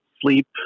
sleep